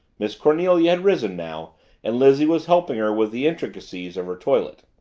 miss cornelia had risen now and lizzie was helping her with the intricacies of her toilet.